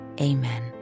amen